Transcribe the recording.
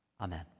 Amen